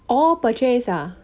oh purchase ah